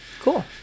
Cool